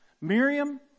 Miriam